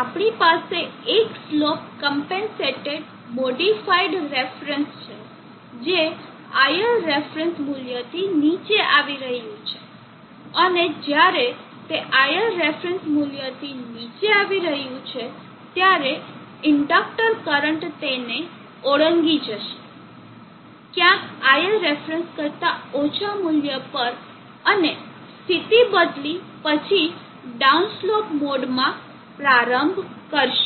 આપણી પાસે એક સ્લોપ ક્મ્પેન્સેટેડ મોડિફાઇડ રેફરન્સ છે જે ILref મૂલ્યથી નીચે આવી રહ્યું છે અને જ્યારે તે ILref મૂલ્યથી નીચે આવી રહ્યું છે ત્યારે ઇન્ડડક્ટર કરંટ તેને ઓળંગી જશે ક્યાંક ILref કરતાં ઓછા મૂલ્ય પર અને સ્થિતિ બદલી અને પછી ડાઉન સ્લોપ મોડ માં પ્રારંભ કરશે